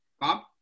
Bob